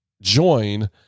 join